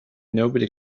nobody